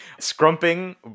Scrumping